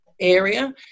area